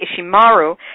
Ishimaru